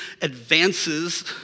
advances